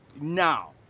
now